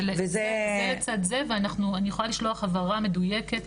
זה לצד זה ואני יכולה לשלוח הבהרה מדויקת.